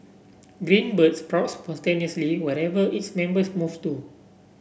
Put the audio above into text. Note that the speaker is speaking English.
Green Bird sprouts spontaneously wherever its members move to